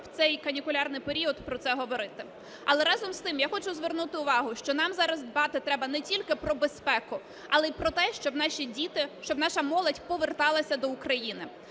в цей канікулярний період про це говорити. Але, разом з тим, я хочу звернути увагу, що нам зараз дбати треба не тільки про безпеку, але й про те, щоб наші діти, щоб наша молодь поверталися до України.